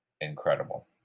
incredible